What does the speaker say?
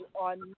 on